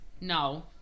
no